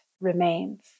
remains